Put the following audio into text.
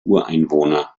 ureinwohner